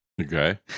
Okay